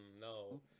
no